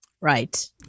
right